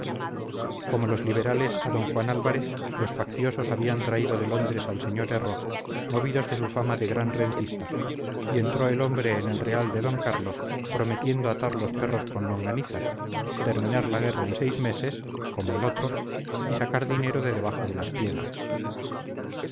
como los liberales a d juan álvarez los facciosos habían traído de londres al sr erro movidos de su fama de gran rentista y entró el hombre en el real de d carlos prometiendo atar los perros con longanizas terminar la guerra en seis meses como el otro y sacar dinero de debajo de las piedras